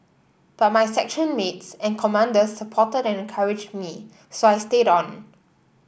but my section mates and commanders supported and encouraged me so I stayed on